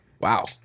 Wow